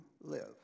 live